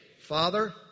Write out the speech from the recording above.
Father